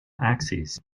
axes